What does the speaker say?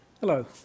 Hello